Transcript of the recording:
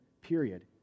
period